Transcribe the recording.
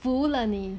服了你